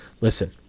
Listen